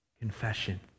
Confession